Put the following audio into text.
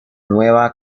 nueva